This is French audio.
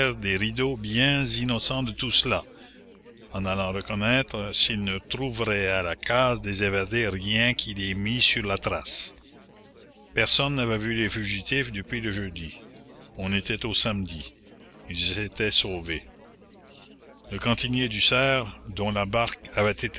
des rideaux bien innocents de tout cela en allant reconnaître s'ils ne trouveraient à la case des évadés rien qui les mît sur la trace personne n'avait vu les fugitifs depuis le jeudi on était au samedi ils étaient sauvés le cantinier duserre dont la barque avait été